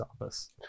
office